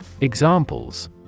Examples